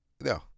No